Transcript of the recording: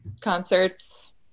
concerts